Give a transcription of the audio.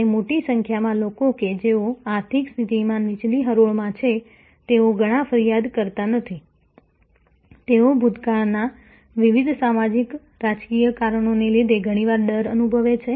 અને મોટી સંખ્યામાં લોકો કે જેઓ આર્થિક સ્થિતિમાં નીચલી હરોળમાં છે તેઓ ઘણા ફરિયાદ કરતા નથી તેઓ ભૂતકાળના વિવિધ સામાજિક રાજકીય કારણોને લીધે ઘણીવાર ડર અનુભવે છે